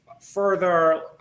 further